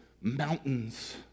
mountains